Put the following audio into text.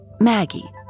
Maggie